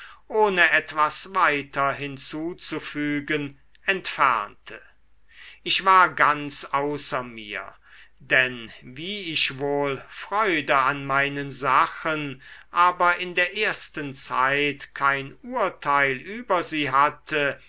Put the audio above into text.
ohne etwas weiter hinzuzufügen entfernte ich war ganz außer mir denn wie ich wohl freude an meinen sachen aber in der ersten zeit kein urteil über sie hatte